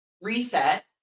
reset